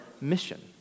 mission